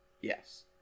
Yes